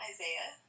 Isaiah